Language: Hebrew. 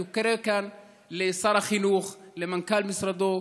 אני קורא כאן לשר החינוך, למנכ"ל משרדו,